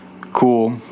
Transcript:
cool